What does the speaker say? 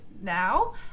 now